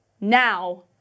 Now